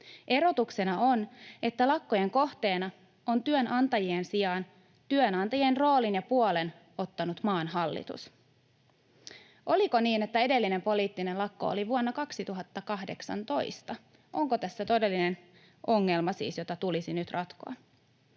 Erotuksena on, että lakkojen kohteena on työnantajien sijaan työnantajien roolin ja puolen ottanut maan hallitus. Oliko niin, että edellinen poliittinen lakko oli vuonna 2018? Onko tässä siis todellinen ongelma, jota tulisi nyt ratkoa?